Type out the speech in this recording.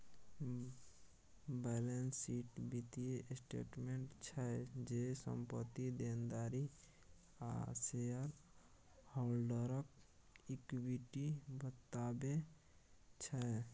balance sheet बित्तीय statement छै जे, संपत्ति, देनदारी आ शेयर हॉल्डरक इक्विटी बताबै छै